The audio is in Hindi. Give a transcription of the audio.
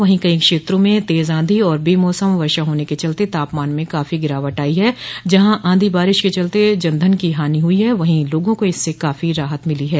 वहीं कई क्षेत्रों में तेज आंधी और बेमौसम वर्षा होने के चलते तापमान में काफी गिरावट आयी है जहां आंधी बारिश के चलते जन धन की हानि हुई है वहीं लोगों को इससे काफी राहत मिली है